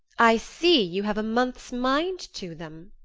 i see you have a month's mind to them.